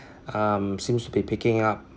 um seems to be picking up